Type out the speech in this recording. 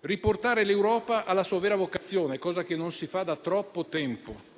riportare l'Europa alla sua vera vocazione, cosa che non si fa da troppo tempo;